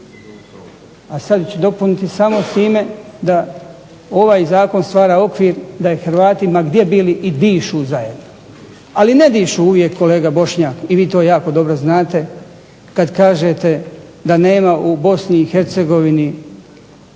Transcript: A sada ću dopuniti samo s time da ovaj Zakon stvara okvir da i Hrvati ma gdje bili dišu zajedno. Ali ne dišu uvijek kolega Bošnjak i vi to jako dobro znate kad kažete da nema u Bosni i Hercegovini